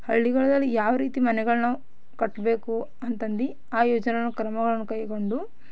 ಹಳ್ಳಿಗಳದಲ್ಲಿ ಯಾವ ರೀತಿ ಮನೆಗಳ್ನ ನಾವು ಕಟ್ಟಬೇಕು ಅಂತಂದು ಆ ಯೋಜನೆ ಕ್ರಮಗಳನ್ನು ಕೈಗೊಂಡು